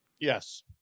Yes